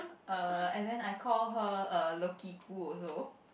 err and then I call her lokiku also